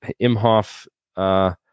Imhoff